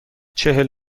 چهل